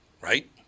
right